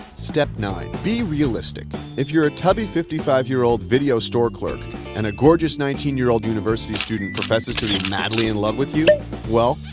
step nine. be realistic. if you're a tubby fifty five year old video store clerk and a gorgeous nineteen year old university student professes to be madly in love with you well,